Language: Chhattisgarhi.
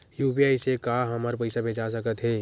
यू.पी.आई से का हमर पईसा भेजा सकत हे?